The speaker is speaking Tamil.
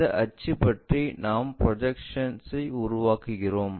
இந்த அச்சு பற்றி நாம் ப்ரொஜெக்ஷன்ஸ் உருவாக்குகிறோம்